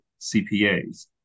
CPAs